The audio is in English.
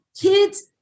kids